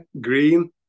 green